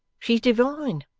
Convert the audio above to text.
she's divine.